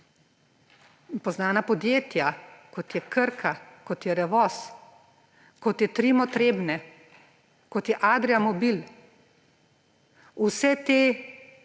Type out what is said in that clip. poznana podjetja, kot je Krka, kot je Revoz, kot je Trimo Trebnje, kot je Adriamobil. Vsa ta